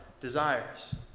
desires